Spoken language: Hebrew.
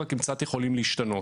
רק הם קצת יכולים להשתנות.